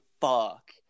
fuck